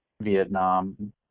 vietnam